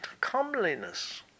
comeliness